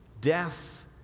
death